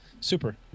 Super